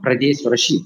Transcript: pradėsiu rašyt